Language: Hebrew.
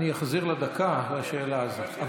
אני אחזיר לה דקה אחרי השאלה הזאת.